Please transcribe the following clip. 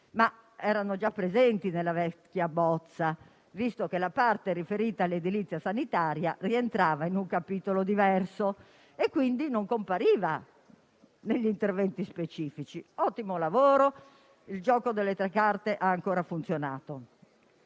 se erano già presenti nella vecchia bozza, visto che la parte riferita all'edilizia sanitaria rientrava in un capitolo diverso e non compariva quindi negli interventi specifici. Ottimo lavoro. Il gioco delle tre carte ha funzionato